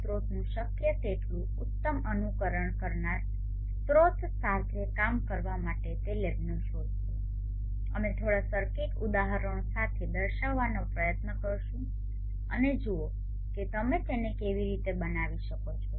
સ્રોતનું શક્ય તેટલું ઉત્તમ અનુકરણ કરનાર સ્રોત સાથે કામ કરવા માટે તે લેબને શોધીશું અમે થોડા સર્કિટ ઉદાહરણો સાથે દર્શાવવાનો પ્રયત્ન કરીશું અને જુઓ કે તમે તેને કેવી રીતે બનાવી શકો છો